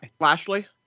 Lashley